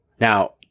Now